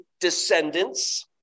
descendants